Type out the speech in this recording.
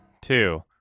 two